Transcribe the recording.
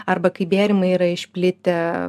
arba kai bėrimai yra išplitę